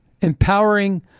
empowering